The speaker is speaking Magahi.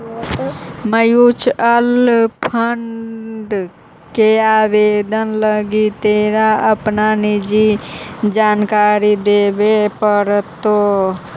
म्यूचूअल फंड के आवेदन लागी तोरा अपन निजी जानकारी देबे पड़तो